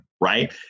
right